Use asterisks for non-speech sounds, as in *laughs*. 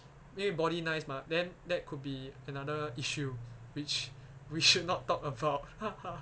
因为 body nice mah then that could be another issue which we should not talk about *laughs*